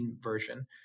version